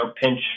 pinch